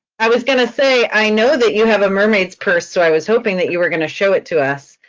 i was going to say, i know that you have a mermaid's purse, so i was hoping that you were going to show it to us.